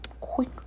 quick